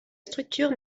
structure